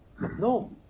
No